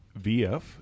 VF